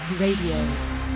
Radio